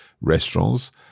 restaurants